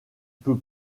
peu